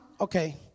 okay